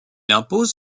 impose